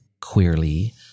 queerly